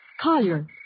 Collier